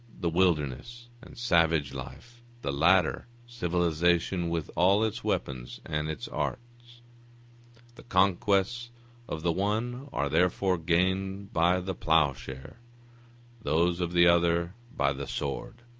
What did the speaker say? the wilderness and savage life the latter, civilization with all its weapons and its arts the conquests of the one are therefore gained by the ploughshare those of the other by the sword.